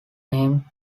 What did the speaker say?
aimed